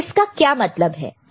इसका क्या मतलब है